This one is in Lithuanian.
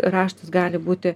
raštas gali būti